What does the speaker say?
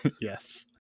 yes